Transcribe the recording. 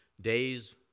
days